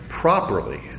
properly